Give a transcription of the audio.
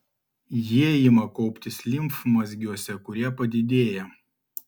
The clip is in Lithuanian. jie ima kauptis limfmazgiuose kurie padidėja